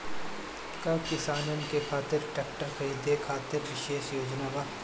का किसानन के खातिर ट्रैक्टर खरीदे खातिर विशेष योजनाएं बा?